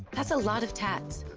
that's a lot of tats.